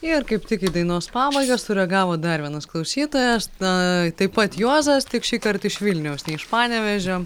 ir kaip tik į dainos pabaigą sureagavo dar vienas klausytojas na taip pat juozas tik šįkart iš vilniaus ne iš panevėžio